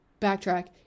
backtrack